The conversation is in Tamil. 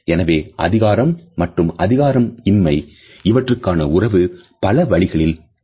எனவே அதிகாரம் மற்றும் அதிகாரம் இன்மை இவற்றுக்கான உறவு பல வழிகளில் வெளிப்படலாம்